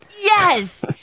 Yes